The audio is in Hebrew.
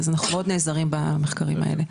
אז אנחנו מאוד נעזרים במחקרים האלה.